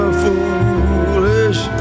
foolish